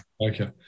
Okay